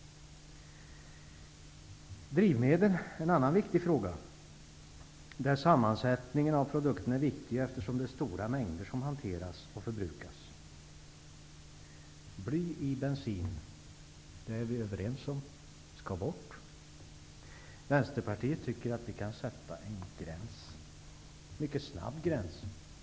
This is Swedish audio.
Drivmedel är en annan viktig fråga. Sammansättningen av produkten är viktig, eftersom stora mängder hanteras och förbrukas. Vi är överens om att bly i bensin skall bort. Vänsterpartiet tycker att en mycket snar gräns kan sättas.